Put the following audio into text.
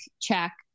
check